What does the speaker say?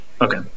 Okay